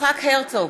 יצחק הרצוג,